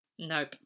Nope